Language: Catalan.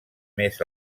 més